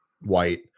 white